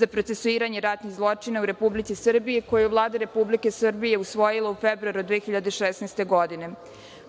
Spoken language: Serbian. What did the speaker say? za procesuiranje ratnih zločina u Republici Srbiji, koju Vlada Republike Srbije usvojila u februaru 2016. godine.